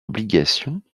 obligations